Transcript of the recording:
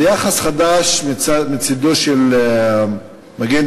על יחס חדש מצדו של מגן-דוד-אדום,